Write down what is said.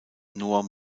noah